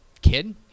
kid